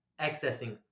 accessing